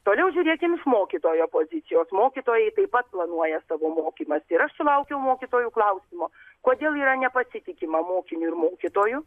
toliau žiūrėkim iš mokytojo pozicijos mokytojai taip pat planuoja savo mokymasi ir aš sulaukiau mokytojų klausimo kodėl yra nepasitikima mokiniu ir mokytoju